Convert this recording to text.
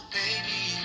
baby